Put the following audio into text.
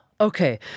Okay